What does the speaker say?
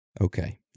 Okay